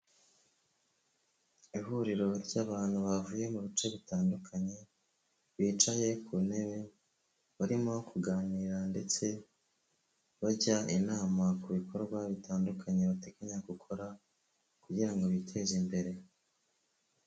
Ihuriro ry'abantu bavuye mu bice bitandukanye bicaye ku ntebe barimo kuganira ndetse bajya inama ku bikorwa bitandukanye bateganya gukora kugira ngo biteze imbere.